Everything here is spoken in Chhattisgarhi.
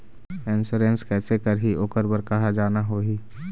इंश्योरेंस कैसे करही, ओकर बर कहा जाना होही?